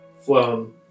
flown